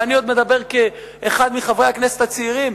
ואני עוד מדבר כאחד מחברי הכנסת הצעירים,